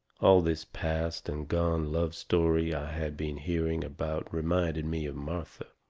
all this past and gone love story i had been hearing about reminded me of martha.